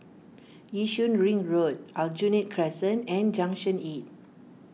Yishun Ring Road Aljunied Crescent and Junction eight